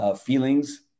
feelings